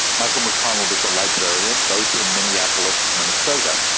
michael mcconnell was a librarian, both in minneapolis, minnesota.